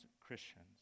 Christians